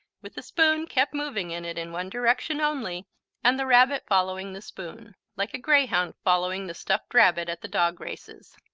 with the spoon kept moving in it in one direction only and the rabbit following the spoon, like a greyhound following the stuffed rabbit at the dog races.